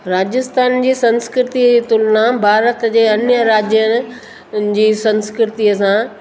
राजस्थान जे संस्कृति जी तुलना भारत जे अन्य राज्य जी संस्कृतिअ सां